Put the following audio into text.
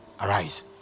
arise